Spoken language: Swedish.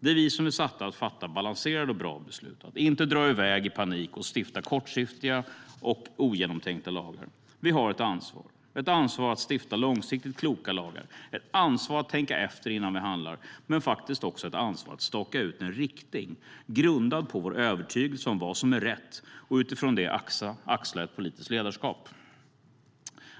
Det är vi som är satta att fatta balanserade och bra beslut och att inte dra iväg i panik och stifta kortsiktiga och ogenomtänkta lagar. Vi har ett ansvar. Det är ett ansvar att stifta långsiktigt kloka lagar, ett ansvar att tänka efter innan vi handlar, men faktiskt också ett ansvar att staka ut en riktning grundad på vår övertygelse om vad som är rätt och utifrån det axla ett politiskt ledarskap.